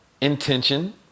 intention